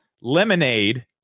Lemonade